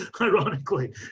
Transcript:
ironically